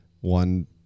one